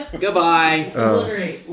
Goodbye